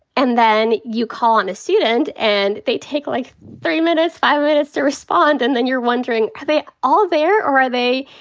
and then you call on a student and they take, like, three minutes, five minutes to respond. and then you're wondering, are they all there or are they,